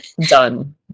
done